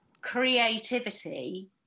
creativity